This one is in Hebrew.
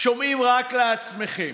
שומעים רק לעצמכם.